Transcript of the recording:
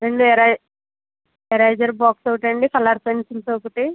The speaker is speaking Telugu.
రెండు ఏరే ఎరేజర్ బాక్సొకటండి కలర్ పెన్సిల్స్ ఒకటి